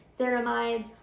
ceramides